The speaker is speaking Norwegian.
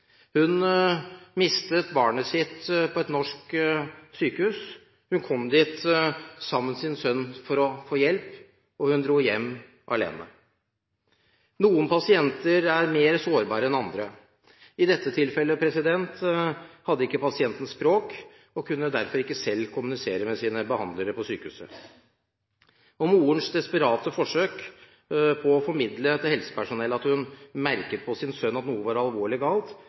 Hun mistet barnet sitt på et norsk sykehus. Hun kom dit sammen med sin sønn for å få hjelp, men dro hjem alene. Noen pasienter er mer sårbare enn andre. I dette tilfellet hadde ikke pasienten språk og kunne derfor ikke selv kommunisere med sine behandlere på sykehuset. Morens desperate forsøk på å formidle til helsepersonellet at hun merket på sin sønn at noe var alvorlig galt,